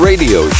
Radio